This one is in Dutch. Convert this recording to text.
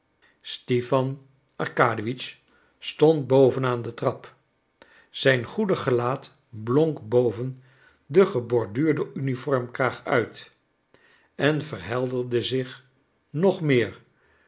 stipan arkadiewitsch stond boven aan de trap zijn goedig gelaat blonk boven den geborduurden uniformkraag uit en verhelderde zich nog meer